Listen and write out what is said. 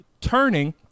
turning